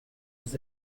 his